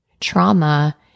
Trauma